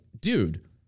dude